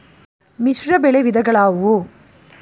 ಮಿಶ್ರಬೆಳೆ ವಿಧಗಳಾವುವು?